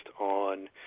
on